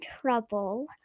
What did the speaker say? trouble